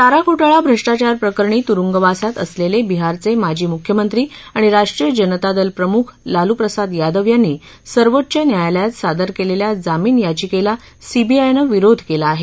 चारा घोटाळा भ्रष्टाचार प्रकरणी तुरूंगवासात असलेले बिहारचे माजी मुख्यमंत्री आणि राष्ट्रीय जनता दल प्रमुख लालूप्रसाद यादव यांनी सर्वोच्च न्यायालयात सादर केलेल्या जामीन याचिकेला सीबीआयनं विरोध केला आहे